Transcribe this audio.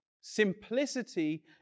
Simplicity